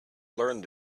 learned